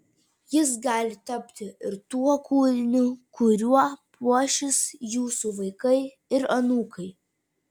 jis gali tapti ir tuo kūriniu kuriuo puošis jūsų vaikai ir anūkai